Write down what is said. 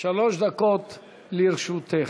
שלוש דקות לרשותך.